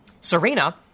Serena